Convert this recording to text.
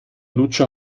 lutscher